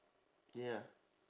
ya